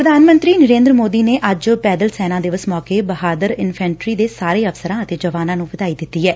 ਪ੍ਰਧਾਨ ਮੰਤਰੀ ਨਰੇਂਦਰ ਮੋਦੀ ਨੇ ਅੱਜ ਪੈਦਲ ਸੈਨਾ ਦਿਵਸ ਮੌਕੇ ਇਨਫੈਨਟਰੀ ਦੇ ਸਾਰੇ ਅਫ਼ਸਰਾਂ ਅਤੇ ਜਵਾਨਾਂ ਨੂੰ ਵਧਾਈ ਦਿੱਡੀ ਐ